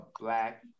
black